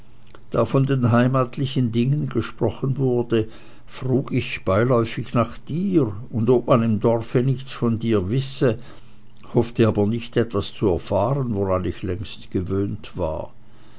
da von den heimatlichen dingen gesprochen wurde frug ich beiläufig nach dir und ob man im dorfe nichts von dir wisse hoffte aber nicht etwas zu erfahren woran ich längst gewöhnt war